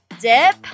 Dip